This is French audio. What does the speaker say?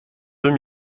deux